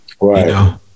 Right